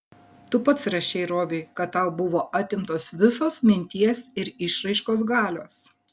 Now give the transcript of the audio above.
tu pats rašei robiui kad tau buvo atimtos visos minties ir išraiškos galios